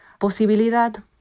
posibilidad